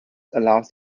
allows